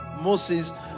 Moses